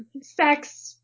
sex